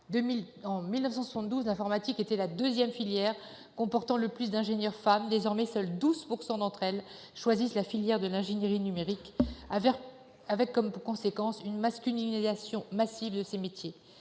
en 1972, l'informatique était la deuxième filière comportant le plus d'ingénieurs femmes, désormais, seuls 12 % des filles choisissent la filière de l'ingénierie numérique, ce qui a pour conséquence une masculinisation massive de ces métiers.